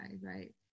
right